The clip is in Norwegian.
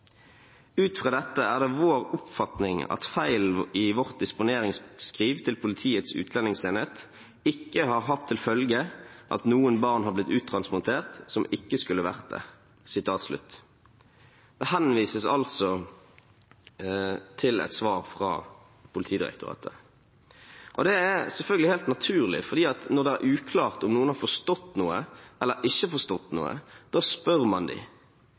Ut fra dette er det vår oppfatning at feilen i vårt disponeringsskriv til Politiets utlendingsenhet ikke har hatt til følge at noen barn har blitt uttransport som ikke skulle vært det.»» Det henvises altså til et svar fra Politidirektoratet. Det er selvfølgelig helt naturlig, for når det er uklart om noen har forstått noe eller ikke, da spør man dem. Det er det Justis- og beredskapsdepartementet har gjort, og de